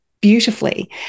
beautifully